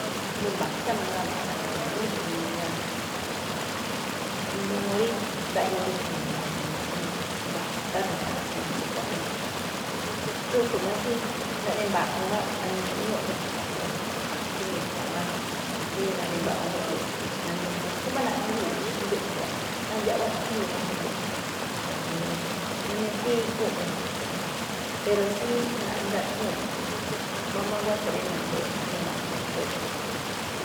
Asndo mba̱xtá mangaa na̱ꞌkha̱ na̱ña̱wúún i̱ji̱i̱n mangaa, n uu rí ndaꞌyoo̱ rí i̱jii̱n mangaa̱ na̱ña̱wúu̱n, mba̱xtá mangaa naꞌne xkuaꞌnii. Xúꞌkhue̱n máꞌ naꞌne mba̱ꞌu̱u̱n a̱ꞌkhue̱n naniñúu̱ máꞌ e̱je̱n a̱ꞌkhue̱n rá, xí ni̱ka̱ máꞌ rí naꞌne mba̱ꞌwu̱u̱n máꞌ eꞌyoo̱. Mbu̱júꞌ máꞌ naꞌgíi̱ xndú a̱ꞌkhue̱n rá, nandxaꞌwá xndii̱ máꞌ mbu̱júꞌ. A̱ꞌkhue̱n juun naniñatígúu̱nꞌ máꞌ e̱je̱n a̱ꞌkhue̱n rá, pero xí nandxaꞌwúu̱nꞌ mbámbá nguátha̱ rí nandoo̱ naꞌne nga̱júu̱n xóó e̱je̱n.